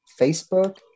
Facebook